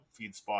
Feedspot